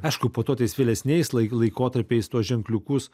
aišku po to tais vėlesniais lai laikotarpiais tuos ženkliukus